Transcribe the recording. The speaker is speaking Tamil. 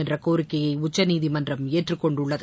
என்ற கோரிக்கையை உச்சநீதிமன்றம் ஏற்றுக் கொண்டுள்ளது